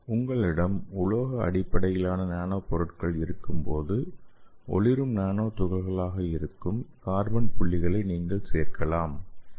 உங்களிடம் உலோக அடிப்படையிலான நானோ பொருட்கள் இருக்கும்போது ஒளிரும் நானோ துகள்களாக இருக்கும் கார்பன் புள்ளிகளை நீங்கள் சேர்க்கலாம்